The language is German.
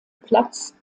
platz